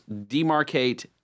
demarcate